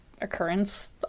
occurrence